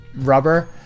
rubber